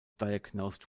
diagnosed